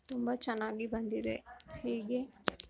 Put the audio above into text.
ತುಂಬ ಚೆನ್ನಾಗಿ ಬಂದಿದೆ ಹೀಗೆ